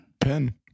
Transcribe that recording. Pen